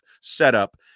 setup